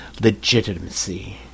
legitimacy